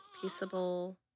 peaceable